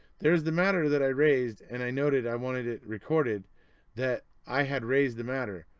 there's the matter that i raised and i noted i wanted it recorded that i had raised the matter.